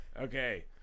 Okay